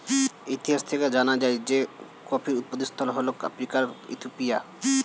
ইতিহাস থেকে জানা যায় যে কফির উৎপত্তিস্থল হল আফ্রিকার ইথিওপিয়া